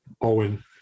owen